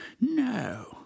No